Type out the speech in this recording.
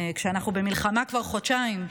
כשאנחנו במלחמה כבר חודשיים,